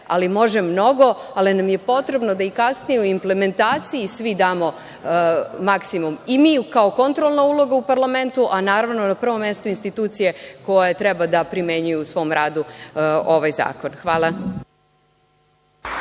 ali može mnogo, ali nam je potrebno da i kasnije u implementaciji svi damo maksimum i mi kao kontrolna uloga u parlamentu, a naravno na prvom mestu institucije koje treba da primenjuju u svom radu ovaj zakon. Hvala.